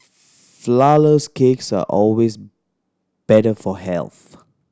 flourless cakes are always better for health